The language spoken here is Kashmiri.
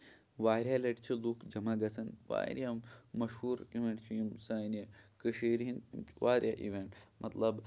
واریاہ لَٹہِ چھِ لُکھ جمع گژھان واریاہ مَشہوٗر اِوینٹ چھِ یِم سانہِ کٔشیٖر ہِندۍ واریاہ اِوینٹ مطلب